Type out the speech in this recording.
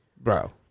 Bro